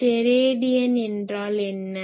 steradian என்றால் என்ன